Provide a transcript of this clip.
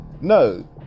no